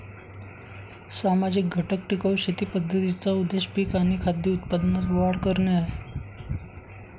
सामाजिक घटक टिकाऊ शेती पद्धतींचा उद्देश पिक आणि खाद्य उत्पादनात वाढ करणे आहे